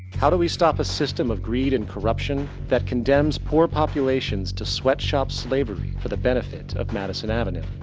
how do we stop a system of greed and corruption that condemns poor populations to sweatshop-slavery for the benefit of madison avenue?